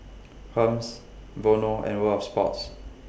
Hermes Vono and World of Sports